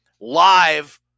live